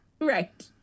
Right